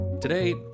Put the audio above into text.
Today